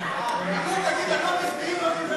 לסדר-היום.